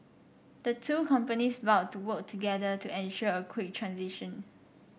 the two companies vowed to work together to ensure a quick transition